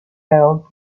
held